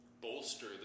bolster